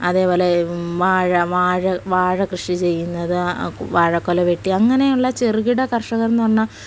അതേപോലെ വാഴ വാഴ വാഴകൃഷി ചെയ്യുന്നത് വാഴക്കുല വെട്ടി അങ്ങനെയുള്ള ചെറുകിട കർഷകർ എന്ന് പറഞ്ഞാൽ